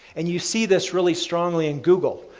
and you see this really strongly in google,